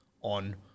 on